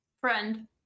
friend